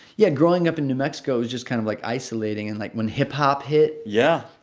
yeah, growing up in new mexico is just kind of, like, isolating. and, like, when hip-hop hit. yeah.